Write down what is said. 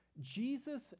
Jesus